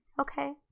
Okay